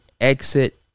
exit